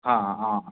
हां हां